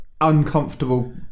uncomfortable